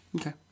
Okay